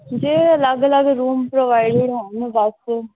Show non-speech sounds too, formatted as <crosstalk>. ਜੇ ਅਲੱਗ ਅਲੱਗ ਰੂਮ ਪ੍ਰੋਵਾਈਡਡ ਹੋਣ <unintelligible>